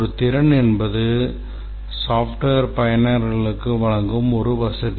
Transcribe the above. ஒரு திறன் என்பது மென்பொருள் பயனர்களுக்கு வழங்கும் ஒரு வசதி